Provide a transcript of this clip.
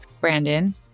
Brandon